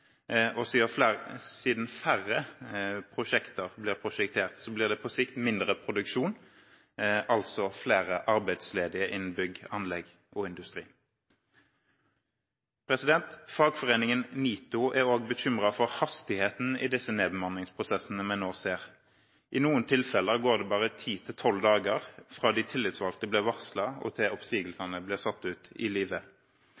og siden færre prosjekter blir prosjektert, blir det på sikt mindre produksjon, altså flere arbeidsledige innen bygg, anlegg og industri. Fagforeningen NITO er også bekymret for hastigheten i disse nedbemanningsprosessene vi nå ser. I noen tilfeller går det bare 10–12 dager fra de tillitsvalgte blir varslet, til